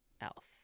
else